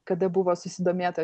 kada buvo susidomėta